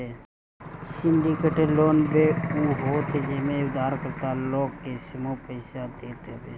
syndicated loan उ होत हवे जेमे उधारकर्ता लोग के समूह पईसा देत हवे